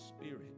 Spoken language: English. spirit